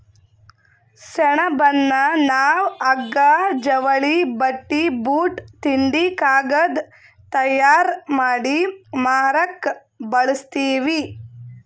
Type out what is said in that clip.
ಸೆಣಬನ್ನ ನಾವ್ ಹಗ್ಗಾ ಜವಳಿ ಬಟ್ಟಿ ಬೂಟ್ ತಿಂಡಿ ಕಾಗದ್ ತಯಾರ್ ಮಾಡಿ ಮಾರಕ್ ಬಳಸ್ತೀವಿ